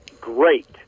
great